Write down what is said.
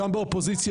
גם באופוזיציה,